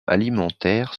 alimentaires